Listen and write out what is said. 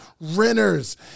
renters